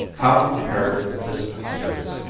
how comparative distance is!